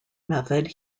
method